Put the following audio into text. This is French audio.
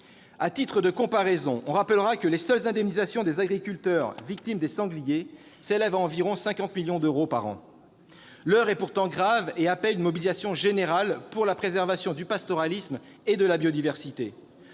À titre de comparaison, on rappellera que les seules indemnisations des agriculteurs victimes des sangliers s'élèvent à environ 50 millions d'euros par an. L'heure est pourtant grave et appelle une mobilisation générale pour la préservation du pastoralisme et de la biodiversité.